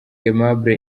aimable